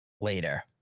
later